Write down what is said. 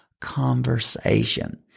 conversation